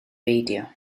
beidio